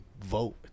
vote